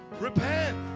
repent